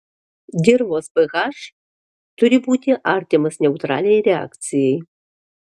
dirvos ph turi būti artimas neutraliai reakcijai